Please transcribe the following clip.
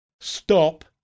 stop